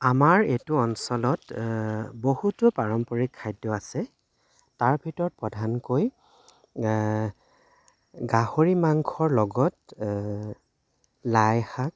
আমাৰ এইটো অঞ্চলত বহুতো পাৰম্পৰিক খাদ্য আছে তাৰ ভিতৰত প্ৰধানকৈ গাহৰি মাংসৰ লগত লাইশাক